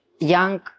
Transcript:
Young